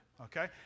Okay